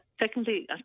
Secondly